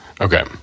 Okay